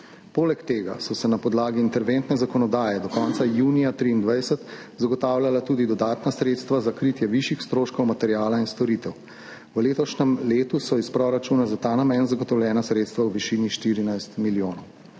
poleg tega so se na podlagi interventne zakonodaje do konca junija 2023 zagotavljala tudi dodatna sredstva za kritje višjih stroškov materiala in storitev. V letošnjem letu so iz proračuna za ta namen zagotovljena sredstva v višini 14 milijonov.